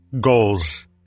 goals